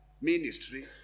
ministry